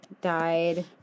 died